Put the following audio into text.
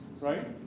right